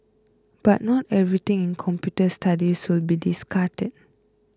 but not everything in computer studies will be discarded